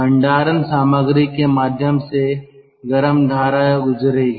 भंडारण सामग्री के माध्यम से गर्म धारा गुजरेगी